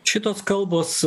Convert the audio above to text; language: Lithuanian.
šitos kalbos